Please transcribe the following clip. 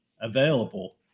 available